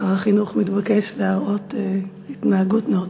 שר החינוך מתבקש להראות התנהגות נאותה.